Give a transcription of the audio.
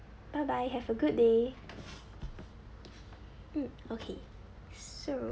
bye bye have a good day mm okay so